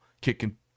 kicking